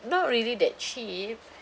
not really that cheap